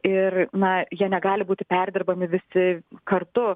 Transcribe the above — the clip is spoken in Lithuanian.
ir na jie negali būti perdirbami visi kartu